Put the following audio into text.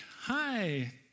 hi